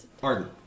Pardon